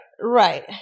Right